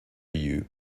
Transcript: you